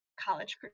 college